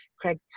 Craig